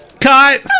Cut